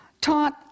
taught